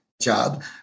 job